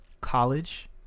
college